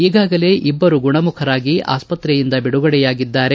ಈಗಾಗಲೇ ಇಬ್ಬರು ಗುಣಮುಖರಾಗಿ ಆಸ್ಪತ್ತೆಯಿಂದ ಬಿಡುಗಡೆಯಾಗಿದ್ದಾರೆ